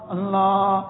Allah